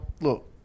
look